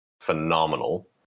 phenomenal